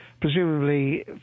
Presumably